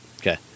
okay